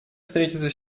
встретиться